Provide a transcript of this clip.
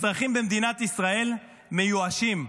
אזרחים במדינת ישראל מיואשים.